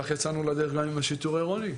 כך יצאנו לדרך גם עם השיטור העירוני.